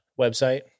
website